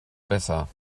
besser